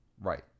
Right